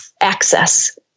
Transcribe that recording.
access